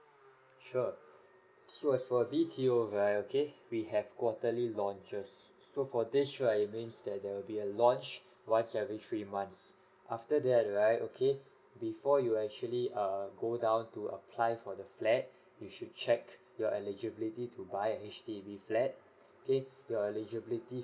sure sure sure B_T_O right okay we have quarterly launches so for this right it means that there will be a launch once every three months after that right okay before you actually err go down to apply for the flat you should check your eligibility to buy a H_D_B flat okay your eligibility